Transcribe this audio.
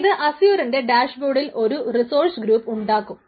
ഇത് അസ്യൂറിൻറെ ഡാഷ്ബോർഡിൽ ഒരു റിസോഴ്സ് ഗ്രൂപ്പ് ഉണ്ടാക്കും